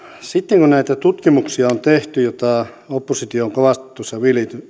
sitten näitä tutkimuksia on tehty joita oppositio on kovasti tuossa